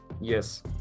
Yes